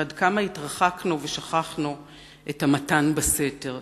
ועד כמה התרחקנו מצוויים מוסריים בסיסיים ושכחנו את המתן בסתר.